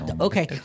Okay